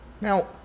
Now